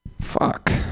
Fuck